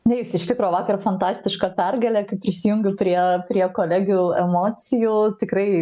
neis iš tikro vakar fantastiška pergalė kai prisijungiu prie prie kolegių emocijų tikrai